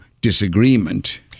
disagreement